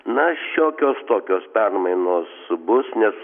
na šiokios tokios permainos bus nes